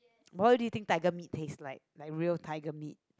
what do you think tiger meat taste like like real tiger meat